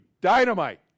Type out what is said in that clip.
dynamite